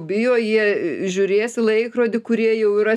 bijo jie žiūrės į laikrodį kurie jau yra